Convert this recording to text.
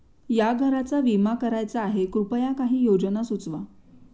या घराचा विमा करायचा आहे कृपया काही योजना सुचवा